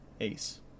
Ace